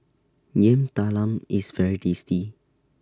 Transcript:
Yam Talam IS very tasty